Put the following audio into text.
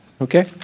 okay